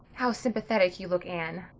how sympathetic you look, anne.